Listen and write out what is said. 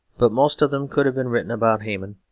but most of them could have been written about haman,